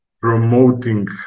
promoting